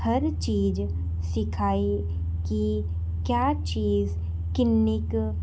ਹਰ ਚੀਜ਼ ਸਿਖਾਈ ਕੀ ਕਯਾ ਚੀਜ਼ ਕਿੰਨੀ ਕੁ